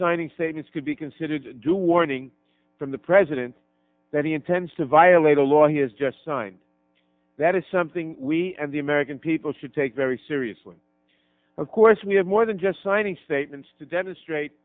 signing statements could be considered due warning from the president that he intends to violate a law he has just signed that is something we and the american people should take very seriously of course we have more than just signing statements to demonstrate